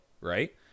right